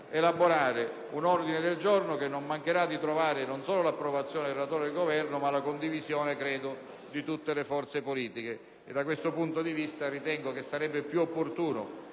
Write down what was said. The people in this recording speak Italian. elaborare un ordine del giorno che non mancherà di trovare non solo l'approvazione del relatore e del Governo, ma, credo, anche la condivisione di tutte le forze politiche. Da questo punto di vista, sarebbe opportuno